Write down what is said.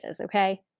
okay